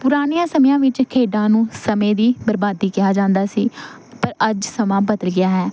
ਪੁਰਾਣਿਆਂ ਸਮਿਆਂ ਵਿੱਚ ਖੇਡਾਂ ਨੂੰ ਸਮੇਂ ਦੀ ਬਰਬਾਦੀ ਕਿਹਾ ਜਾਂਦਾ ਸੀ ਪਰ ਅੱਜ ਸਮਾਂ ਬਦਲ ਗਿਆ ਹੈ